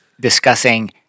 discussing